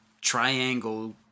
triangle